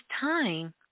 time